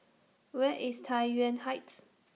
Where IS Tai Yuan Heights